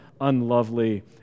unlovely